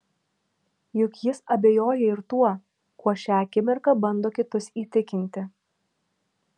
juk jis abejoja ir tuo kuo šią akimirką bando kitus įtikinti